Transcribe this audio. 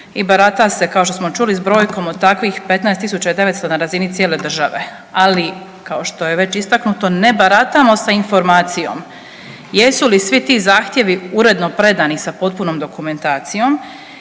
i barata se, kao što smo čuli, s brojkom od takvih 15 900 na razini cijele države. Ali kao što je već istaknuto, ne baratamo sa informacijom jesu li svi ti zahtjevi uredno predani sa potpunom dokumentacijom